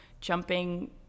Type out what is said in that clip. jumping